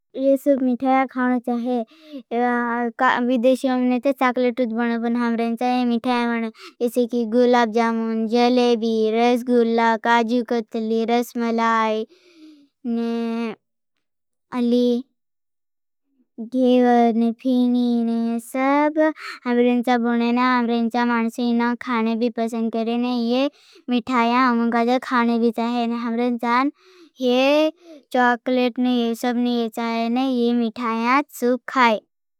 ये सुप मिठाया खानों चाहे विदेश्यों में ते चाकलेट उठ बनों। पर हमरें चाहे मिठाया बनों। ये सेकी गुलाब जामों, जलेबी, रस, गुला, काजु कतली। रस मलाई ने अली घीवर ने फीनी ने ये सब हमरें चा बोने ने। हमरें चा मानसी ने खाने भी पसंद करे ने ये मिठाया। हमें गज़े खाने भी चाहे ने हमरें जान ये चाकलेट ने ये सब ने विचाये ने ये मिठाया सुप खाई।